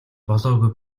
болоогүй